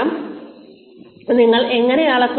ഈ മികച്ച പ്രകടനം നിങ്ങൾ എങ്ങനെ അളക്കും